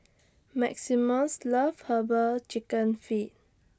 Maximus loves Herbal Chicken Feet